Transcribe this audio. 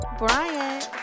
bryant